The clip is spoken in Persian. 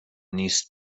نیست